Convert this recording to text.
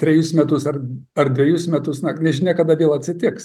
trejus metus ar ar dvejus metus na nežinia kada vėl atsitiks